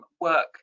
work